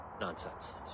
nonsense